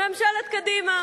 ממשלת קדימה.